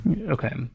Okay